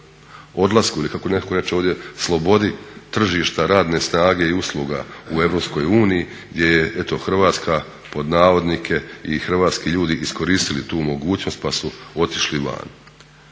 odlasku ili kako netko reče ovdje slobodi tržišta radne snage i usluga u Europskoj uniji gdje je eto Hrvatska pod navodnike i hrvatski ljudi iskoristili tu mogućnost pa su otišli van.